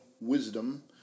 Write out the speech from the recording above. wisdom